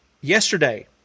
Yesterday